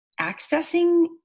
accessing